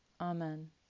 Amen